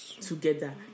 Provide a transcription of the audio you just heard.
together